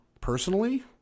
personally